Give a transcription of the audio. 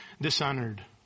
dishonored